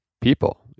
people